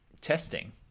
testing